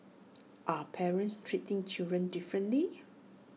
are parents treating children differently